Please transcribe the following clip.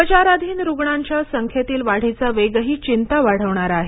उपचाराधीन रुग्णांच्या संख्येतील वाढीचा वेगही चिंता वाढवणारा आहे